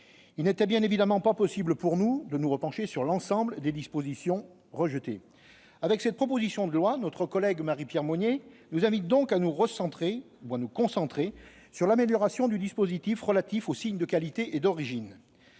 Il n'était bien évidemment pas possible pour nous de nous pencher de nouveau sur l'ensemble des dispositions rejetées. Avec cette proposition de loi, notre collègue Marie-Pierre Monier nous invite donc à nous concentrer sur l'amélioration du dispositif relatif aux signes de qualité et d'origine.